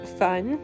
fun